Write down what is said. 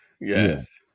yes